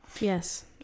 Yes